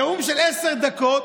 נאום של עשר דקות.